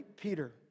Peter